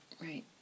right